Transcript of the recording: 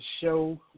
show